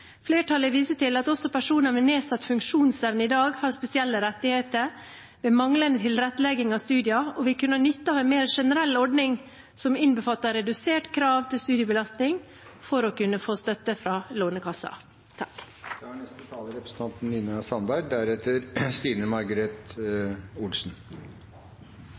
Flertallet viser til at også personer med nedsatt funksjonsevne i dag har spesielle rettigheter ved manglende tilrettelegging av studier og vil kunne ha nytte av en mer generell ordning som innbefatter redusert krav til studiebelastning for å kunne få støtte fra